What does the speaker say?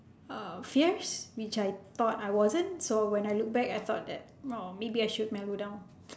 err fierce which I thought I wasn't so when I look back I thought that orh maybe I should mellow down